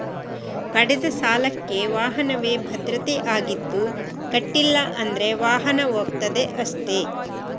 ಪಡೆದ ಸಾಲಕ್ಕೆ ವಾಹನವೇ ಭದ್ರತೆ ಆಗಿದ್ದು ಕಟ್ಲಿಲ್ಲ ಅಂದ್ರೆ ವಾಹನ ಹೋಗ್ತದೆ ಅಷ್ಟೇ